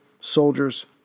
soldiers